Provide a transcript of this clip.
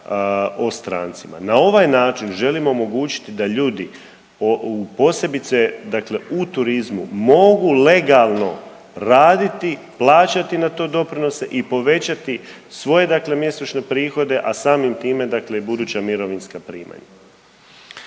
Na ovaj način želimo omogućiti da ljudi, posebice dakle u turizmu, mogu legalno raditi, plaćati na to doprinose i povećati svoje dakle mjesečne prihode, a samim time dakle i buduća mirovinska primanja.